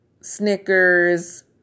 Snickers